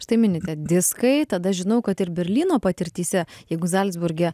štai minite diskai tada žinau kad ir berlyno patirtyse jeigu zalcburge